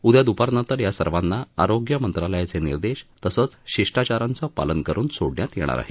उद्या दुपारनंतर या सर्वांना आरोग्य मंत्रालयाचे निर्देश तसंच शिष्टाचाराचं पालन करुन सोडण्यात येणार आहे